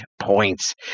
points